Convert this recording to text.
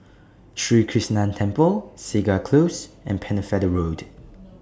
Sri Krishnan Temple Segar Close and Pennefather Road